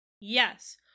Yes